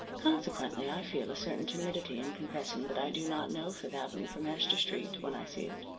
consequently i feel a certain timidity in confessing that i do not know fifth avenue from hester street when i see it,